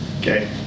Okay